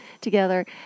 together